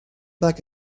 back